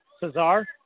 Cesar